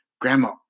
Grandma